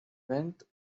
went